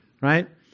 right